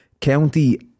County